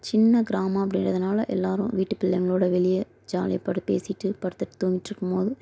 சின்னக் கிராமம் அப்படின்றதுனால எல்லாரும் வீட்டுப் பிள்ளைங்களோட வெளியே ஜாலியாக படு பேசிவிட்டு படுத்துவிட்டு தூங்கிகிட்டு இருக்கும்போது